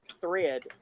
thread